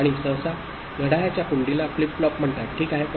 आणि सहसा घड्याळाच्या कुंडीला फ्लिप फ्लॉप म्हणतात ठीक आहे